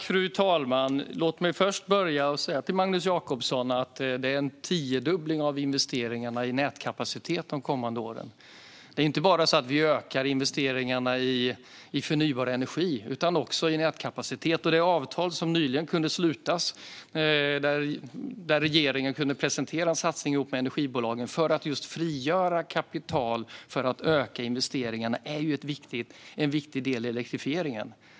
Fru talman! Låt mig först säga till Magnus Jacobsson att det blir en tiodubbling av investeringarna i nätkapacitet de kommande åren. Vi ökar investeringarna inte bara i förnybar energi utan också i nätkapacitet. Det avtal som nyligen kunde slutas, där regeringen kunde presentera en satsning ihop med energibolagen, för att frigöra kapital för att öka investeringarna, är en viktig del i elektrifieringen.